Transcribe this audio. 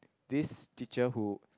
this teacher who